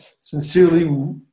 sincerely